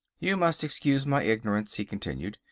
you must excuse my ignorance, he continued,